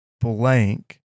blank